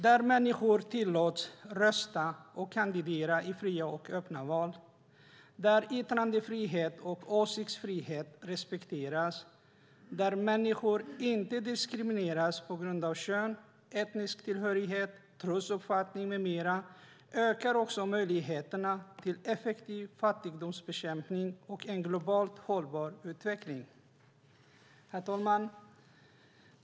Där människor tillåts rösta och kandidera i fria och öppna val, där yttrandefrihet och åsiktsfrihet respekteras, där människor inte diskrimineras på grund av kön, etnisk tillhörighet, trosuppfattning med mera, ökar möjligheterna till effektiv fattigdomsbekämpning och en globalt hållbar utveckling. Herr talman!